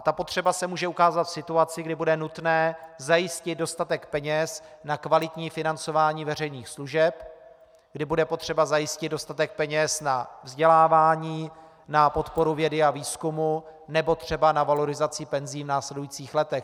Ta potřeba se může ukázat v situaci, kdy bude nutné zajistit dostatek peněz na kvalitní financování veřejných služeb, kdy bude potřeba zajistit dostatek peněz na vzdělávání, na podporu vědy a výzkumu nebo třeba na valorizaci penzí v následujících letech.